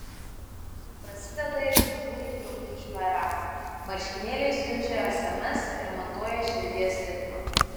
prasideda išmaniųjų drabužių era marškinėliai siunčia sms ir matuoja širdies ritmą